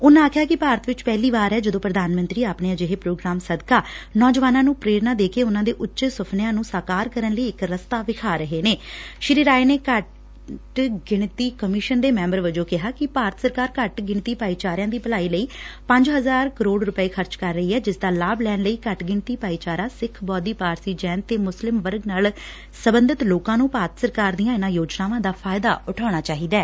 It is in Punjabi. ਉਨਾਂ ਆਖਿਆ ਕਿ ਭਾਰਤ ਵਿੱਚ ਪਹਿਲੀ ਵਾਰ ਐ ਜਦੋ ਪ੍ਰਧਾਨ ਮੰਤਰੀ ਆਪਣੇ ਅਜਿਹੇ ਪ੍ਰੋਗਰਾਮਾ ਸਦਕਾ ਨੌਂਜਵਾਨਾਂ ਨੁੰ ਪੇਰਨਾ ਦੇ ਕੇ ਉਨਾਂ ਦੇ ਉਂਚੇ ਸੁਪਨਿਆਂ ਨੁੰ ਸਾਕਾਰ ਕਰਨ ਲਈ ਇੱਕ ਰਸਤਾ ਦਿਖਾ ਰਹੇ ਨੇ ਸ੍ਰੀ ਰਾਏ ਨੇ ਘੱਟ ਦੇ ਘੱਟ ਗਿਣਤੀ ਕਮਿਸ਼ਨ ਦੇ ਮੈੱਬਰ ਵਜੋ ਕਿਹਾ ਕਿ ਭਾਰਤ ਸਰਕਾਰ ਘੱਟ ਗਿਣਤੀ ਭਾਈਚਾਰਿਆਂ ਦੀ ਭਲਾਈ ਲਈ ਪੰਜ ਹਜ਼ਾਰ ਕਰੋੜ ਰੂਪਏ ਖਰਚ ਕਰ ਰਹੀ ਐ ਜਿਸ ਦਾ ਲਾਭ ਲੈਣ ਲਈ ਘੱਟ ਗਿਣਤੀ ਭਾਈਚਾਰਾ ਸਿੱਖ ਬੋਧੀ ਪਾਰਸੀ ਜੈਨ ਤੇ ਮੁਸਲਿਮ ਵਰਗ ਨਾਲ ਸਬੰਧਤ ਲੋਕਾਂ ਨੂੰ ਭਾਰਤ ਸਰਕਾਰ ਦੀਆਂ ਇਨੂਾਂ ਯੋਜਨਾਵਾਂ ਦਾ ਫਾਇਦਾ ਉਠਾਉਣਾ ਚਾਹੀਦੈ